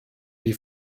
die